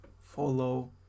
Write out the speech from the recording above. follow